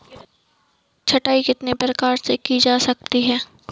छँटाई कितने प्रकार से की जा सकती है?